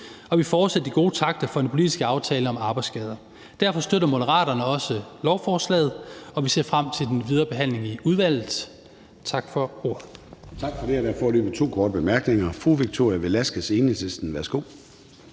og vi fortsætter de gode takter fra den politiske aftale om arbejdsskader. Derfor støtter Moderaterne også lovforslaget, og vi ser frem til den videre behandling i udvalget. Tak for ordet.